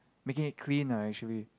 making it clean lah actually